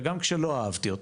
וגם כשלא אהבתי אותן,